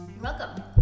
Welcome